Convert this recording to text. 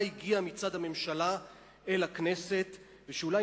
מה הגיע מצד הממשלה אל הכנסת ושאולי